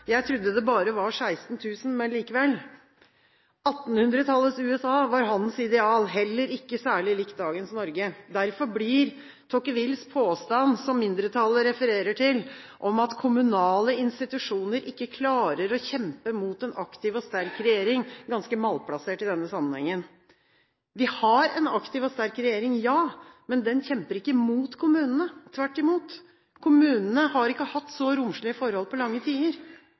Jeg trodde det var bare var 16 000, men likevel. 1800-tallets USA var hans ideal – heller ikke særlig likt dagens Norge. Derfor blir Tocquevilles påstand, som mindretallet refererer til, om at kommunale institusjoner ikke klarer å kjempe mot en aktiv og sterk regjering, ganske malplassert i denne sammenhengen. Vi har en aktiv og sterk regjering, ja. Men den kjemper ikke mot kommunene, tvert imot. Kommunene har ikke hatt så romslige forhold på lange tider.